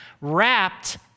wrapped